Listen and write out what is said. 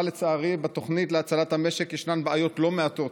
אבל לצערי בתוכנית להצלת המשק יש בעיות לא מעטות.